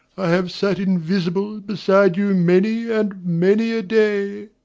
i have sat invisible beside you many and many a day.